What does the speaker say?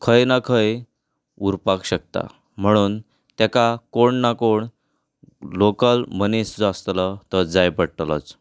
खंय ना खंय उरपाक शकता म्हणून ताका कोण णा कोण लोकल मनीस जो आसतलो तो जाय पडटलोच